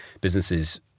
businesses